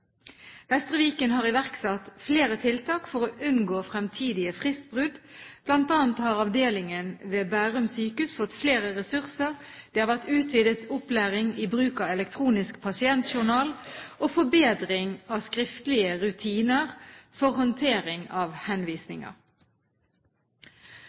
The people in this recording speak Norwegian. Vestre Viken har iverksatt flere tiltak for å unngå fremtidige fristbrudd, bl.a. har avdelingen ved Bærum sykehus fått flere ressurser, det har vært utvidet opplæring i bruk av elektronisk pasientjournal og forbedring av skriftlige rutiner for håndtering av